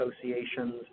associations